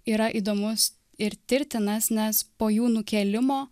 yra įdomus ir tirtinas nes po jų nukėlimo